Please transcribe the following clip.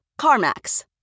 CarMax